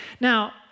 Now